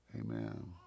Amen